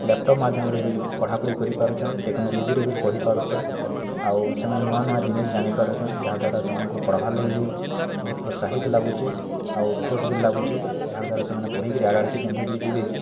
laptop ମାଧ୍ୟମରେ ବିଲ୍ ପଢ଼ାପଢ଼ି କରି ପାରୁଛନ୍ ଟେକ୍ନୋଲୋଜିରେ ବିଲ୍ ପଢ଼ି ପାରୁଛନ୍ ଆଉ ସେମାନେ ନୂଆ ନୂଆ ଜିନିଷ ଜାନି ପାରୁଛନ୍ ଯାହା ଦ୍ଵାରା ସେମାନଙ୍କୁ ପଢ଼୍ବାର୍ ଲାଗି ବି ବହୁତ ପ୍ରୋତ୍ସାହିତ ଲାଗୁଛି ଆଉ ଖୁସ୍ ବି ଲାଗୁଛି ଯାହାର୍ ଦ୍ଵାରା ସେମାନେ ପଢ଼ିକରି ଆଗଡ଼୍କି କେନ୍ତା କିରି ଯିବେ